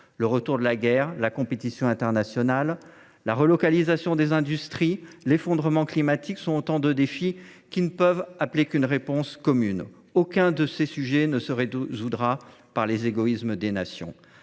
Le retour de la guerre, la compétition internationale, la relocalisation des industries, l’effondrement climatique sont autant de défis qui ne peuvent appeler qu’une réponse commune. Aucun de ces sujets ne sera résolu par les égoïsmes des nations.